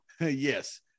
yes